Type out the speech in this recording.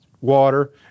water